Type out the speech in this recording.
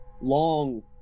long